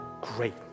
Great